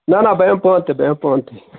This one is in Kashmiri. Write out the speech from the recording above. نہ نہ بہٕ یِمہٕ پانہٕ تہِ بہٕ یِمہٕ پانہٕ تہِ